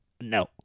No